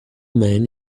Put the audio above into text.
men